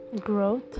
growth